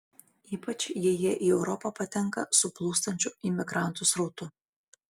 ypač jei jie į europą patenka su plūstančiu imigrantų srautu